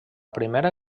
primera